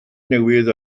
newydd